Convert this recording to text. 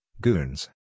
goons